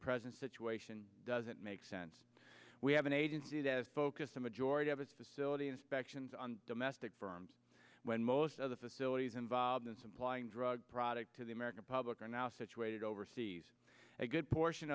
present situation doesn't make sense we have an agency that is focused a majority of its facility inspections on domestic firms when most of the facilities involved in supplying drug product to the american public are now situated overseas a good portion